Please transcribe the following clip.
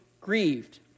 grieved